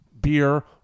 Beer